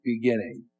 beginning